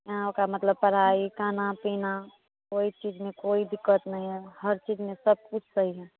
यहाँ ओकरा मतलब पढ़ाई खाना पीना कोई चीज़ में कोई दिक्कत नहीं है हर चीज़ में सब कुछ सही है